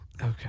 Okay